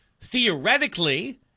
theoretically